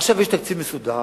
עכשיו יש תקציב מסודר,